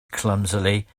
clumsily